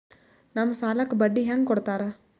ನಮ್ ಸಾಲಕ್ ಬಡ್ಡಿ ಹ್ಯಾಂಗ ಕೊಡ್ತಾರ?